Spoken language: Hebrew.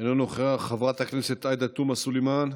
אינו נוכח, חברת הכנסת עאידה תומא סלימאן,